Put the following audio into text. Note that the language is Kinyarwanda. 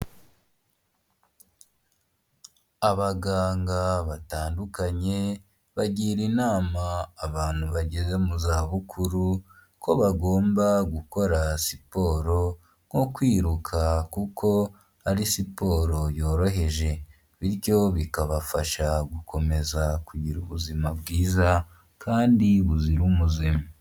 Abaganga batandukanye bagira inama abantu bageze mu za bukuru ko bagomba gukora siporo nko kwiruka kuko ari siporo yoroheje, bityo bikabafasha gukomeza kugira ubuzima bwiza kandi buzira umuze.